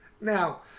now